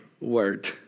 word